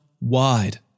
wide